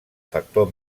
factor